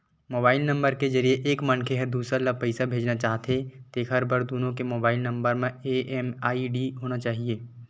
mobile number के जरिए एक मनखे ह दूसर ल पइसा भेजना चाहथे तेखर बर दुनो के मोबईल नंबर म एम.एम.आई.डी होना चाही